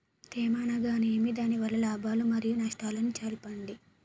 తేమ అనగానేమి? దాని వల్ల లాభాలు మరియు నష్టాలను చెప్పండి?